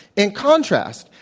in contrast,